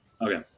Okay